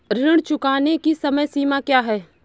ऋण चुकाने की समय सीमा क्या है?